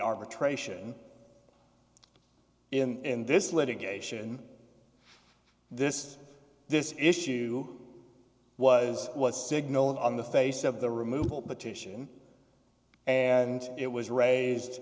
arbitration in this litigation this this issue was was signal on the face of the removal petition and it was raised